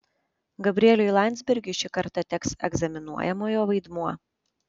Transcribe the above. gabrieliui landsbergiui šį kartą teks egzaminuojamojo vaidmuo